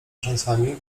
rzęsami